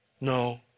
No